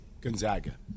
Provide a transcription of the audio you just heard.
Gonzaga